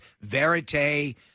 verite